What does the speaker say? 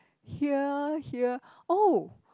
here here oh